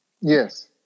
Yes